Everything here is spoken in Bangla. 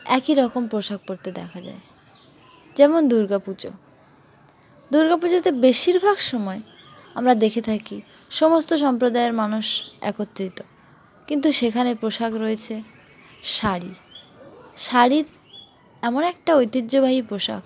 একই রকম পোশাক পরতে দেখা যায় যেমন দুর্গাপুজো দুর্গাপুজোতে বেশিরভাগ সময় আমরা দেখে থাকি সমস্ত সম্প্রদায়ের মানুষ একত্রিত কিন্তু সেখানে পোশাক রয়েছে শাড়ি শাড়ি এমন একটা ঐতিহ্যবাহী পোশাক